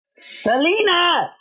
Selena